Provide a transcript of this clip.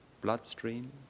bloodstream